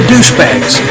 Douchebags